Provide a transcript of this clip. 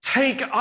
take